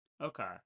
Okay